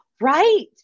Right